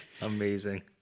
Amazing